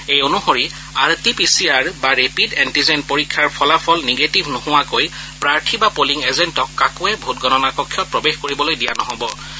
এই অনুসৰি R T P C R বা ৰেপিড এণ্টিজেন পৰীক্ষাৰ ফলাফল নিগেটিভ নোহোৱাকৈ প্ৰাৰ্থী বা পলিং এজেণ্টক কাকোৱে ভোটগণনা কক্ষত প্ৰৱেশ কৰিবলৈ দিয়া নহ'ব